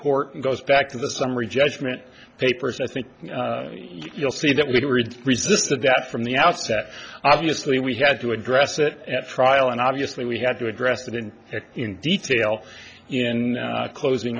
court goes back to the summary judgment papers i think you'll see that we were resisted that from the outset obviously we had to address that at trial and obviously we had to address that in in detail in closing